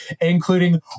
including